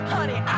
Honey